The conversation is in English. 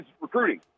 recruiting